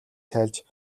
тайлж